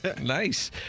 Nice